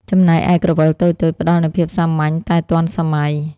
ចំណែកឯក្រវិលតូចៗ ផ្តល់នូវភាពសាមញ្ញតែទាន់សម័យ។